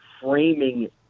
framing